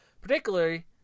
Particularly